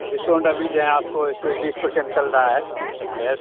discount अभी जो हैं आपको ऐसे बीस पर्सेंट चल रहा है लेस